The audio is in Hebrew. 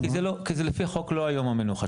כי לפי החוק זה לא יום המנוחה,